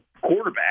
quarterback